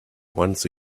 once